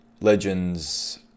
Legends